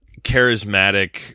charismatic